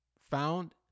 found